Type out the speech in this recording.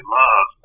love